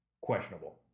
Questionable